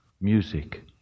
music